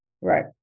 Right